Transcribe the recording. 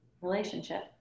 relationship